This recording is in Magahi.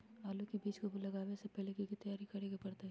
आलू के बीज के लगाबे से पहिले की की तैयारी करे के परतई?